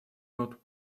not